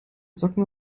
socken